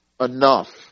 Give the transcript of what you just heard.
enough